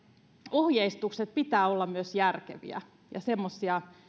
ohjeistuksien pitää olla myös järkeviä ja semmoisia